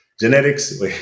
Genetics